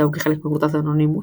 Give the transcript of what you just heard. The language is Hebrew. אף הם הזדהו כחלק מקבוצת אנונימוס,